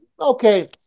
okay